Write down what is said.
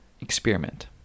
experiment